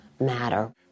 matter